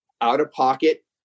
out-of-pocket